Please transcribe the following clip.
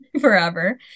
forever